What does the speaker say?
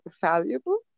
valuable